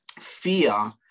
fear